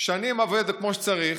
שנים עובדת כמו שצריך,